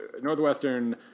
Northwestern